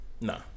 Nah